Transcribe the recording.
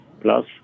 plus